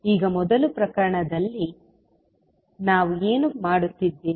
ಈಗ ಮೊದಲ ಪ್ರಕರಣದಲ್ಲಿ ನಾವು ಏನು ಮಾಡುತ್ತಿದ್ದೇವೆ